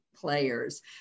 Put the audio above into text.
players